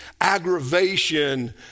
aggravation